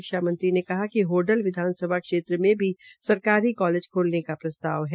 शिक्षा मंत्री ने कहा कि होडल विधानसभा क्षेत्र में भी सरकारी कालेज खोलने का प्रस्ताव है